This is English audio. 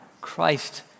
Christ